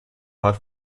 hard